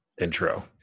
intro